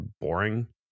boring